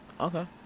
Okay